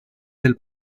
del